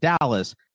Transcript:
Dallas